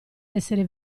essere